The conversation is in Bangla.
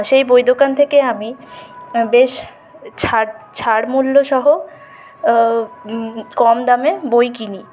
সেই বই দোকান থেকে আমি বেশ ছাড় ছাড় মূল্যসহ কম দামে বই কিনি